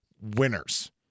winners